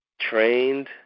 trained